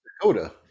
Dakota